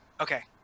Okay